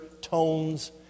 tones